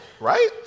right